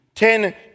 Ten